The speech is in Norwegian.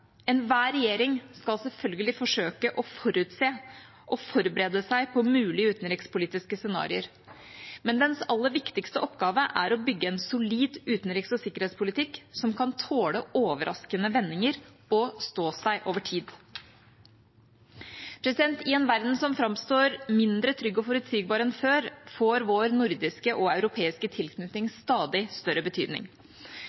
Enhver regjering skal selvfølgelig forsøke å forutse og forberede seg på mulige utenrikspolitiske scenarioer, men dens viktigste oppgave er å bygge en solid utenriks- og sikkerhetspolitikk som kan tåle overraskende vendinger og stå seg over tid. I en verden som framstår som mindre trygg og forutsigbar enn før, får vår nordiske og europeiske